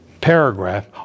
paragraph